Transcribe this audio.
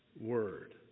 Word